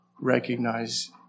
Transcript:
recognize